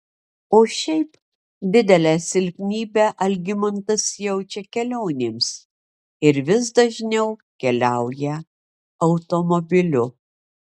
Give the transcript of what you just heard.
o šiaip didelę silpnybę algimantas jaučia kelionėms ir vis dažniau keliauja automobiliu